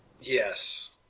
Yes